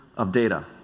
of data.